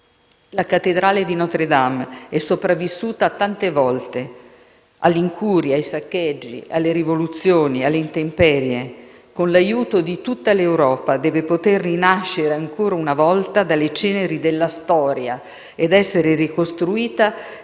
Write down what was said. La cattedrale di Notre-Dame è sopravvissuta tante volte all'incuria, ai saccheggi, alle rivoluzioni, alle intemperie; con l'aiuto di tutta l'Europa deve poter rinascere ancora una volta dalle ceneri della storia ed essere ricostruita